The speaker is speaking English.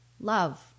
Love